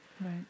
Right